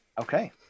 Okay